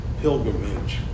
pilgrimage